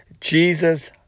Jesus